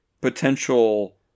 potential –